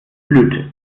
blühte